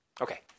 Okay